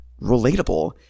relatable